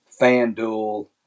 FanDuel